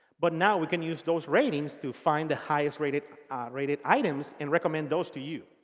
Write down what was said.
but now we can use those ratings to find the highest rated rated items and recommend those to you.